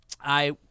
I-